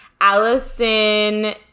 Allison